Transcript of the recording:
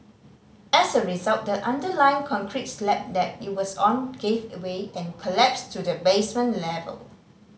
as a result the underlying concrete slab that it was on gave away and collapsed to the basement level